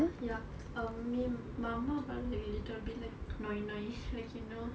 ya um me my அம்மா:ammaa a little bit like